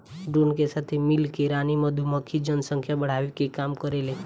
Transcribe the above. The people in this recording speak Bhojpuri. ड्रोन के साथे मिल के रानी मधुमक्खी जनसंख्या बढ़ावे के काम करेले